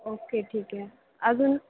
okay ठीक आहे अजून